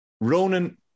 Ronan